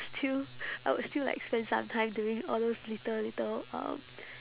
still I would still like spend some time doing all those little little um